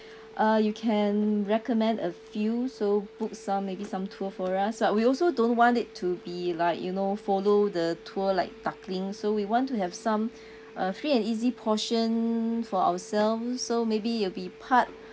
uh you can recommend a few so book some maybe some tour for us but we also don't want it to be like you know follow the tour like duckling so we want to have some uh free and easy portion for ourselves so maybe it'll be part